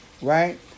right